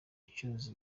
icuruza